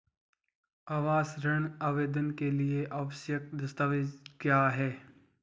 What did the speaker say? आवास ऋण आवेदन के लिए आवश्यक दस्तावेज़ क्या हैं?